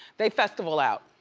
they festival out.